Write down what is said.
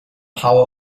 power